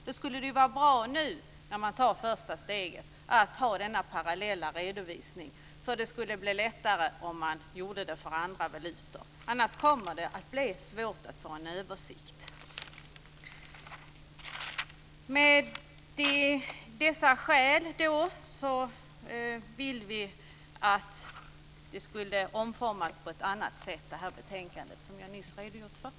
Då skulle det ju vara bra att, nu när man tar det första steget, ha denna parallella redovisning. Det skulle bli lättare med tanke på andra valutor om man gjorde det, annars kommer det att bli svårt att få en översikt. Av dessa skäl vill vi att det betänkande som jag har redogjort för ska omformas på ett annat sätt.